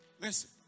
listen